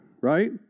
right